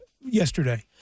yesterday